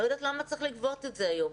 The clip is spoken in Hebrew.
אני לא יודעת למה צריך לגבות את זה היום,